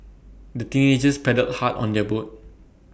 the teenagers paddled hard on their boat